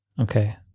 okay